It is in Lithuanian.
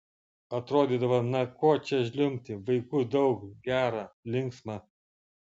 atrodydavo na ko čia žliumbti vaikų daug gera linksma